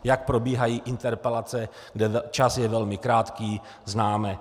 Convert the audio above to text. Jak probíhají interpelace, kde čas je velmi krátký, známe.